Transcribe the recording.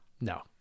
No